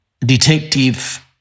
detective